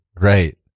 Right